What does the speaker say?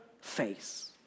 face